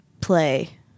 play